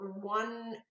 one